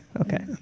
Okay